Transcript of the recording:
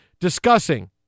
discussing